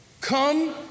Come